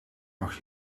mag